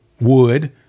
wood